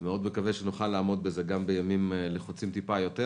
אני מקווה מאוד שנוכל לעמוד בזה גם בימים לחוצה מעט יותר.